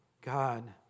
God